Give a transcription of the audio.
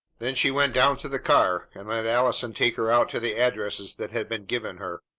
then she went down to the car, and let allison take her out to the addresses that had been given her.